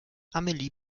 amelie